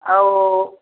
ଆଉ